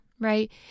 right